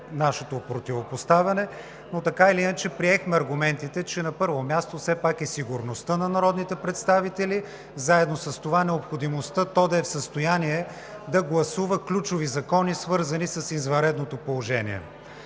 нашето противопоставяне, но така или иначе приехме аргументите, че на първо място все пак е сигурността на народните представители, а заедно с това и необходимостта то да е в състояние да гласува ключови закони, свързани с извънредното положение.